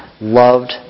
loved